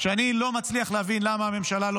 שאני לא מצליח להבין למה הממשלה לא